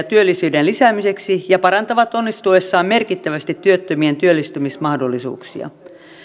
työllisyyden lisäämiseksi ja parantavat onnistuessaan merkittävästi työttömien työllistymismahdollisuuksia